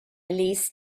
leased